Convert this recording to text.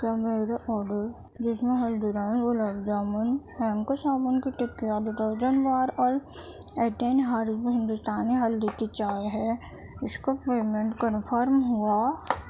کیا میرے آڈر جس میں ہلدی رام گلاب جامن ہینکو صابن کی ٹکیا ڈیٹرجنٹ بار اور ایٹین ہرب ہندوستانی ہلدی کی چائے ہے اس کا پیمنٹ کنفرم ہوا